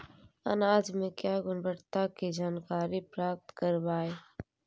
अनाज मे क्या गुणवत्ता के जानकारी पता करबाय?